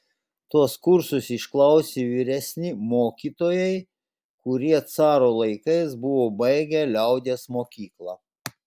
tuos kursus išklausė vyresni mokytojai kurie caro laikais buvo baigę liaudies mokyklą